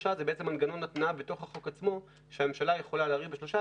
ושלושה זה בעצם מנגנון התנעה בתוך עצמו שהממשלה יכולה להאריך בשלושה,